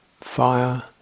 fire